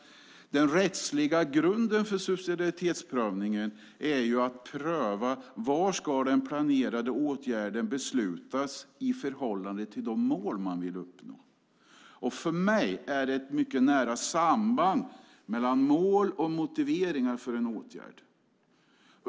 Den rättsliga grunden för subsidiaritetsprövningen gäller att pröva hur den planerade åtgärden ska beslutas i förhållande till de mål man vill uppnå. För mig är det ett mycket nära samband mellan mål och motiveringar för en åtgärd.